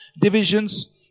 divisions